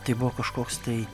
tai buvo kažkoks tai